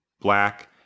black